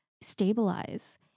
stabilize